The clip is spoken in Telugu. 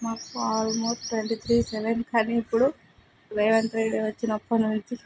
మాకు ఆల్మోస్ట్ ట్వంటీ త్రీ సెవెన్ కానీ ఇప్పుడు రేవంత్ రెడ్డి వచ్చినప్పడినుంచి